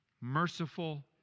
Merciful